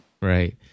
Right